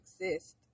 exist